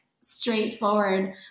straightforward